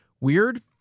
Weird